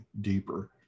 deeper